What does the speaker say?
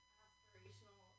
aspirational